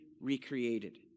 recreated